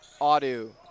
Audu